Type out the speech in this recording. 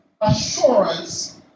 assurance